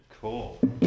Cool